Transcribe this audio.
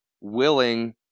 willing